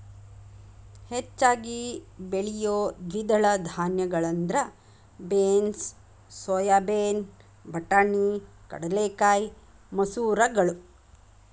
ಹೆಚ್ಚಾಗಿ ಬೆಳಿಯೋ ದ್ವಿದಳ ಧಾನ್ಯಗಳಂದ್ರ ಬೇನ್ಸ್, ಸೋಯಾಬೇನ್, ಬಟಾಣಿ, ಕಡಲೆಕಾಯಿ, ಮಸೂರಗಳು